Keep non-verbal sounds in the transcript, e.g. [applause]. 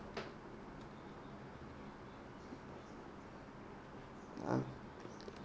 [noise]